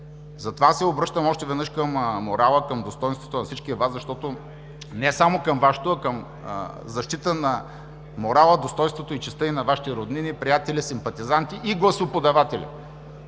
веднъж се обръщам към морала, към достойнството на всички Вас, защото не само към Вашето, а към защита на морала, достойнството и честта на Вашите роднини, приятели, симпатизанти и гласоподаватели,